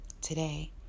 Today